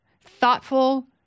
thoughtful